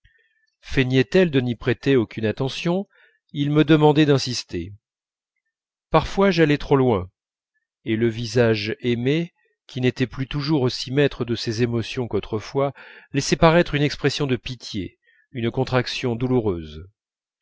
grand'mère feignait elle de n'y prêter aucune attention il me demandait d'insister parfois j'allais trop loin et le visage aimé qui n'était plus toujours aussi maître de ses émotions qu'autrefois laissait paraître une expression de pitié une contraction douloureuse